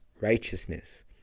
righteousness